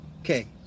Okay